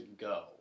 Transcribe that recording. go